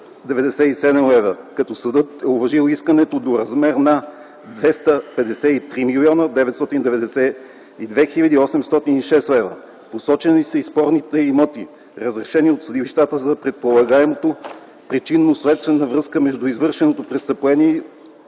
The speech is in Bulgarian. като съдът е уважил исканията до размер на 253 млн. 992 хил. 806 лв. Посочени са и спорните моменти, разрешени от съдилищата, за предполагането на причинно-следствена връзка между извършеното престъпление и